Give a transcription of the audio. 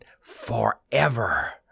forever